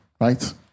right